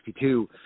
1962